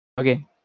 Okay